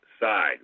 side